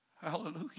hallelujah